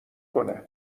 کنه